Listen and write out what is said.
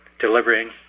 delivering